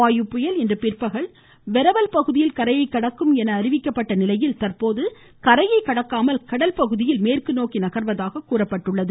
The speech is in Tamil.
வாயு புயல் இன்று பிற்பகல் வெரவல் பகுதியில் கரையை கடக்கும் என அறிவிக்கப்பட்ட நிலையில் தற்போது கரையை கடக்காமல் கடல்பகுதியில் மேற்கு நோக்கி நகர்வதாக தெரிவிக்கப்பட்டுள்ளது